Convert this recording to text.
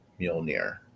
Mjolnir